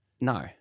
No